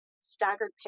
staggered